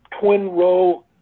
twin-row